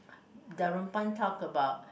Darunpan talk about